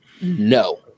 no